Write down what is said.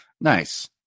Nice